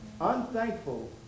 unthankful